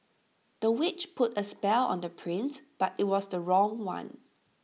the witch put A spell on the prince but IT was the wrong one